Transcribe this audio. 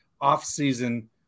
off-season